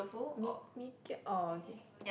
mee~ mee kia orh okay